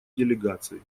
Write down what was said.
делегации